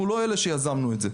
אנחנו לא אלה שיזמנו את זה,